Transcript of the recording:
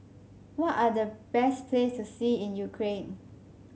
what are the best place to see in Ukraine